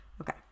Okay